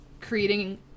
creating